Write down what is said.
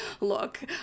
Look